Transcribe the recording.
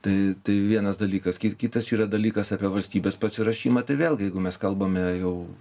tai tai vienas dalykas ki kitas yra dalykas apie valstybės pasiruošimą tai vėlgi jeigu mes kalbame jau